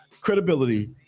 credibility